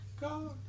God